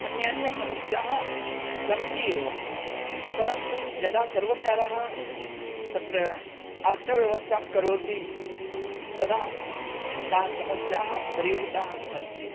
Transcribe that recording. अन्यान्यसमस्याः सन्ति एव परन्तु यदा सर्वकारः तत्र अर्थव्यवस्थां करोति तदा ताः समस्याः परिहृताः भवन्ति